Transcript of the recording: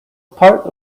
part